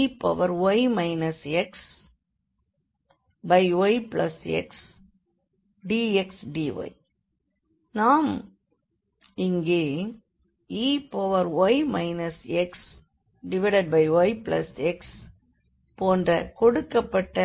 இங்கே நாம் ey xyx போன்ற கொடுக்கப்பட்ட